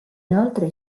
inoltre